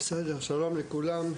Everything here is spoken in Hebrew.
שלום לכולם.